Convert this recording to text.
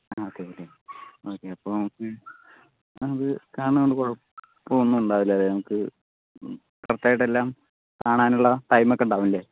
അതേല്ലേ ആ ഒക്കെ അപ്പോൾ നമുക്ക് കാണുന്നകൊണ്ട് കുഴപ്പമൊന്നും ഉണ്ടാവില്ലല്ലേ ഞങ്ങൾക്ക് കറക്റ്റ് ആയിട്ട് എല്ലാം കാണാനുള്ള ടൈം ഒക്കെ ഉണ്ടാവില്ലേ